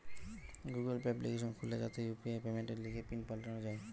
Google Pay application খুলে যাতে UPI পেমেন্টের লিগে পিন পাল্টানো যায়